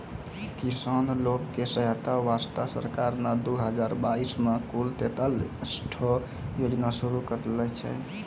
किसान लोग के सहायता वास्तॅ सरकार नॅ दू हजार बाइस मॅ कुल तेतालिस ठो योजना शुरू करने छै